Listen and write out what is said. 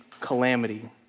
calamity